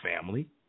family